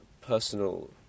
personal